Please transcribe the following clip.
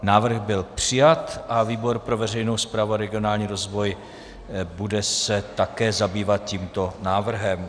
Návrh byl přijat a výbor pro veřejnou správu a regionální rozvoj se bude také zabývat tímto návrhem.